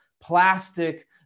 plastic